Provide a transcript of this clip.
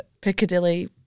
piccadilly